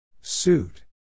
Suit